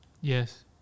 Yes